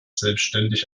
selbstständig